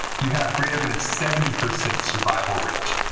you have greater than a seventy percent survival rate.